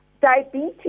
diabetes